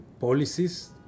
policies